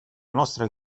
nostra